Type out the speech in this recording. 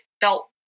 felt